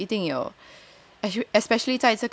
对一定有